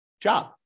job